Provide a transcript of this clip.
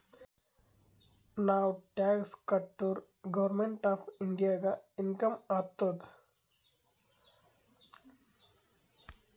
ನಾವ್ ಟ್ಯಾಕ್ಸ್ ಕಟುರ್ government of ಇಂಡಿಯಾಗ ಇನ್ಕಮ್ ಆತ್ತುದ್